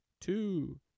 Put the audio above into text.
two